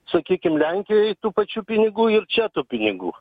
sakykim lenkijoj tų pačių pinigų ir čia tų pinigų